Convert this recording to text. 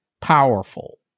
powerful